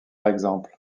exemple